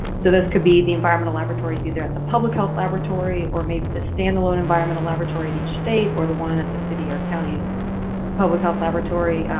so this could be the environmental laboratories either at the public health laboratory or maybe the stand alone environmental laboratory at each state, or the one at the city or county public health laboratory.